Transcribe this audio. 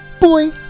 boy